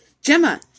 Gemma